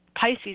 Pisces